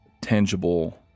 tangible